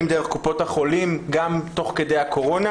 דרך קופות החולים תוך כדי הקורונה,